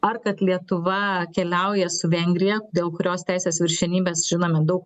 ar kad lietuva keliauja su vengrija dėl kurios teisės viršenybės žinomi daug